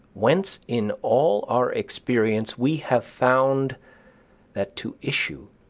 whence in all our experience we have found that to issue,